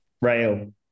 Rail